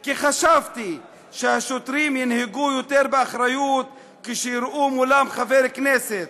כי חשבתי שהשוטרים ינהגו יותר באחריות כשיראו מולם חבר כנסת.